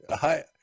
Hi